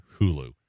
Hulu